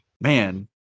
Man